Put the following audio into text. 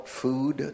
food